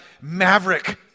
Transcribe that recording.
maverick